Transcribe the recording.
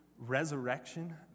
resurrection